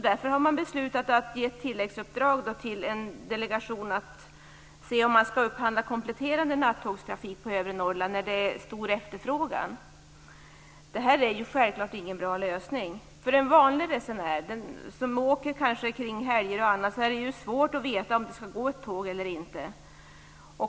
Därför har man beslutat att ge ett tilläggsuppdrag till en delegation som skall undersöka om man skall upphandla kompletterande nattågstrafik på övre Norrland när det är stor efterfrågan. Det här är självklart ingen bra lösning. För en vanlig resenär, som kanske åker vid helger och andra särskilda tillfällen, är det svårt att veta om det går ett tåg eller inte.